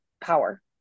power